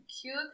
cute